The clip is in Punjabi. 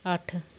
ਅੱਠ